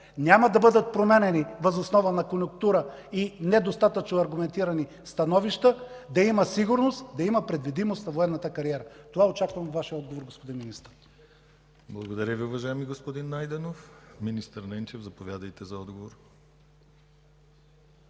няма да бъдат променяни въз основа на конюнктура и недостатъчно аргументирани становища, да има сигурност, да има предвидимост на военната кариера. Това очаквам от Вашия отговор, господин Министър. ПРЕДСЕДАТЕЛ ДИМИТЪР ГЛАВЧЕВ: Благодаря Ви, уважаеми господин Найденов. Министър Ненчев, заповядайте за отговор.